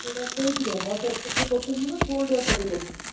ସେଇଟା କେଉଁଥିରେ ହଟ୍ ୱାଟର୍ରେ କରୁଛନ୍ତି ନା କୋଲଡ଼୍ ୱାଟର୍ରେ କରୁଛନ୍ତି